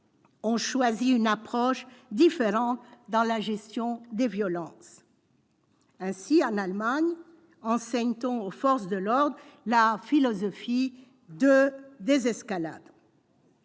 ont choisi une approche différente dans la gestion des violences. Ainsi, en Allemagne, enseigne-t-on aux forces de l'ordre la philosophie de la « désescalade